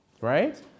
right